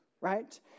right